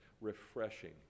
refreshing